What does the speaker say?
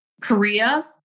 Korea